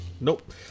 Nope